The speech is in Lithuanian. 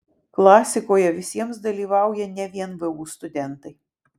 klasikoje visiems dalyvauja ne vien vu studentai